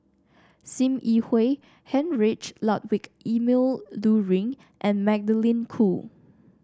Sim Yi Hui Heinrich Ludwig Emil Luering and Magdalene Khoo